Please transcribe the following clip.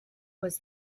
was